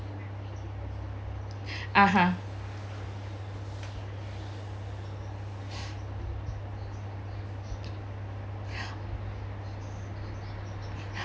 (uh huh)